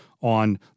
on